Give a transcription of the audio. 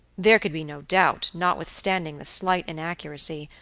there could be no doubt, notwithstanding the slight inaccuracy,